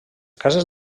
cases